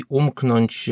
umknąć